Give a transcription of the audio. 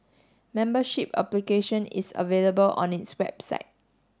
membership application is available on its website